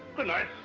good night.